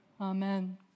Amen